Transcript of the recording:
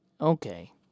Okay